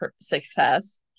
success